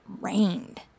rained